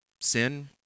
Sin